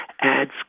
adds